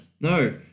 no